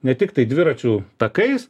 ne tiktai dviračių takais